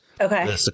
Okay